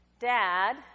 Dad